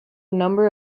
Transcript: number